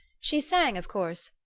she sang, of course,